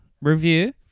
Review